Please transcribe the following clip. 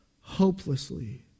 hopelessly